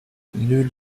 nulle